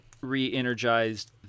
re-energized